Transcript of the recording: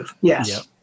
Yes